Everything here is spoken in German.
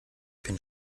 bin